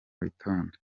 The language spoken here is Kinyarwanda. witonda